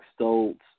Stoltz